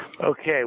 Okay